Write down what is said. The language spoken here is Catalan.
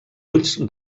ulls